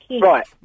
Right